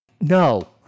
no